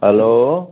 hello